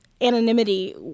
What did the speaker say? anonymity